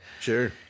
Sure